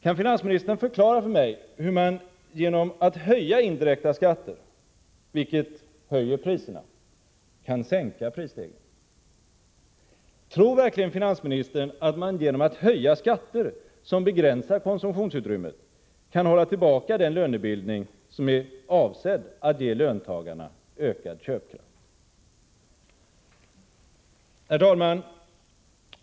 Kan finansministern förklara för mig hur man genom att höja indirekta skatter — vilket höjer priserna — kan sänka prisstegringen? Tror verkligen finansministern att man genom att höja skatter som begränsar konsumtionsutrymmet kan hålla tillbaka den lönebildning som är avsedd att ge löntagarna ökad köpkraft? Herr talman!